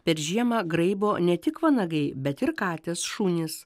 per žiemą graibo ne tik vanagai bet ir katės šunys